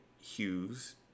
hues